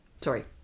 Sorry